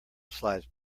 slides